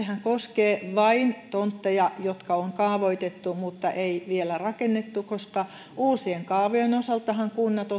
koskee vain tontteja jotka on kaavoitettu mutta ei vielä rakennettu koska uusien kaavojen osaltahan kunnat